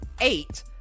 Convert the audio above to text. eight